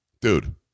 Dude